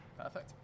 Perfect